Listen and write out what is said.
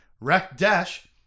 Wreck-Dash